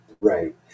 Right